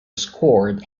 scored